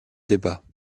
débats